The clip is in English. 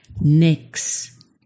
next